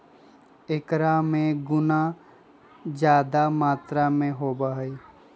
एकरा में गुना जादा मात्रा में होबा हई